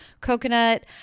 coconut